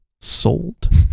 sold